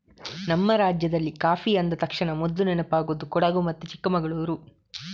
ನಮ್ಮ ರಾಜ್ಯದಲ್ಲಿ ಕಾಫಿ ಅಂದ ತಕ್ಷಣ ಮೊದ್ಲು ನೆನಪಾಗುದು ಕೊಡಗು ಮತ್ತೆ ಚಿಕ್ಕಮಂಗಳೂರು